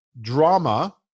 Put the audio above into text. Drama